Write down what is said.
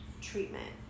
treatment